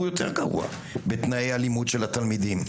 גרוע יותר בתנאי הלימוד של התלמידים,